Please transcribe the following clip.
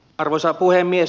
arvoisa puhemies